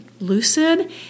lucid